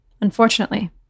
unfortunately